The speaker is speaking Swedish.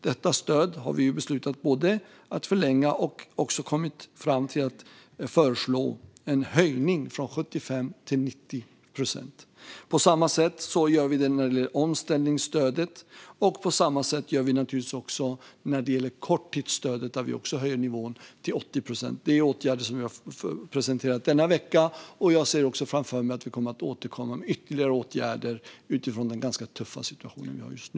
Vi har beslutat att förlänga stödet och föreslå en höjning från 75 procent till 90 procent. Vi gör på samma sätt med omställningsstödet och naturligtvis också med korttidsstödet, där vi vill höja nivån till 80 procent. Det här är åtgärder som vi har presenterat denna vecka, och jag ser också framför mig att vi kommer att återkomma med ytterligare åtgärder med tanke på den tuffa situation vi har just nu.